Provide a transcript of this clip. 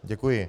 Děkuji.